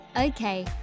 Okay